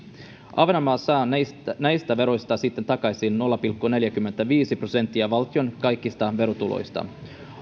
ahvenanmaa saa näistä näistä veroista sitten takaisin nolla pilkku neljäkymmentäviisi prosenttia valtion kaikista verotuloista